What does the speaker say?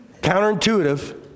Counterintuitive